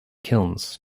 kilns